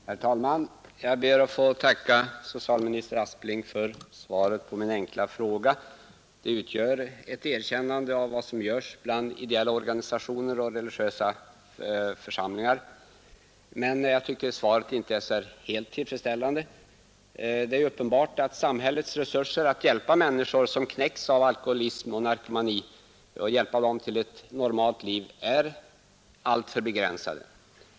Herr talman! Jag ber att få tacka socialminister Aspling för svaret på min enkla fråga. Det utgör ett erkännande av vad som görs bland ideella organisationer och religiösa församlingar. Jag tycker ändå att svaret inte är helt tillfredsställande. Det är uppenbart att samhällets resurser att hjälpa människor, som knäckts av alkoholism och narkomani, till ett normalt liv är alltför begränsade.